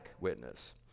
witness